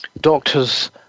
doctors